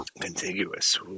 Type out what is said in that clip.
Contiguous